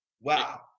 Wow